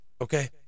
okay